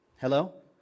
Hello